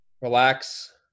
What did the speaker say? relax